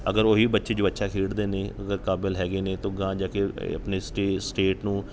ਅਗਰ ਉਹ ਹੀ ਬੱਚੇ ਜੋ ਅੱਛਾ ਖੇਡਦੇ ਨੇ ਅਗਰ ਕਾਬਿਲ ਹੈਗੇ ਨੇ ਤਾਂ ਅਗਾਂਹ ਜਾ ਕੇ ਆਪਣੀ ਸਟੇ ਸਟੇਟ ਨੂੰ